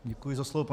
Děkuji za slovo.